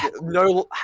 no